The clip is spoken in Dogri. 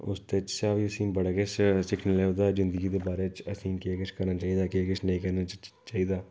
एह्दे च बड़े किश सिक्खने गी लभदा ऐ जिंदगी दे बारे च असेंगी केह् किश करना चाहिदा केह् किश नेईं करना चाहिदा